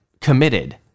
committed